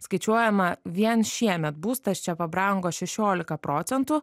skaičiuojama vien šiemet būstas čia pabrango šešiolika procentų